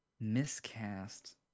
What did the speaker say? miscast